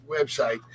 website